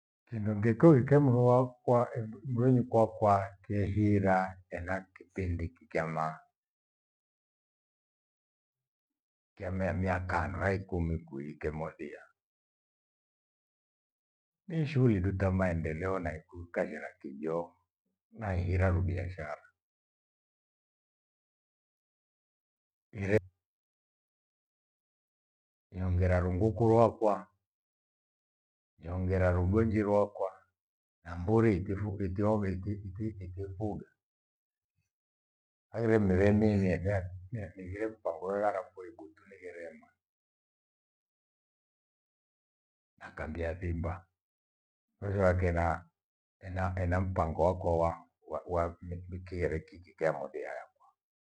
Kindo ngeke ikawe mrwe wakwa embu mnduenyi kakwa che hira anakipindiki iki kyama, kyame miakanu hai ikumi ikuwikie mozia. Ni shughuli du ta maendeleo naikukashira kijo na ihira du rubiashara. Ire, iongera rungu kuroakwa, iongera rugonji ruakwa na mburi itifu itio- iti- iti- iti- itiifuga. Aghire miremi nilie aghani nighire mpango waghara ifo ibutu nigherema na kambia simba wezo wake na ena- enampango wakwa wa- wa mikirekia kiji kaa mode hayakwa